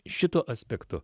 šituo aspektu